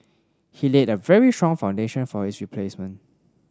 he laid a very strong foundation for his replacement